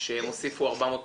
שהם הוסיפו 400 פקחים.